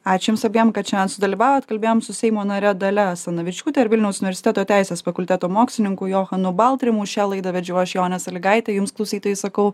ačiū jums abiem kad šiandien sudalyvavot kalbėjom su seimo nare dalia asanavičiūtė ir vilniaus universiteto teisės fakulteto mokslininku johanu baltrimu šią laidą vedžiau aš jonė salygaitė jums klausytojai sakau